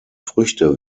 früchte